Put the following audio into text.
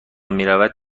میرود